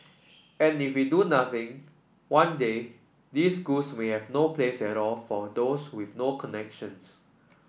and if we do nothing one day these no place at all for those with no connections